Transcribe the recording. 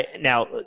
Now